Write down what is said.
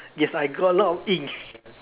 yes I got a lot of inks